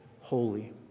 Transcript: holy